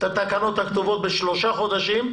התקנות הכתובות הכתובות בשלושה חודשים.